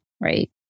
right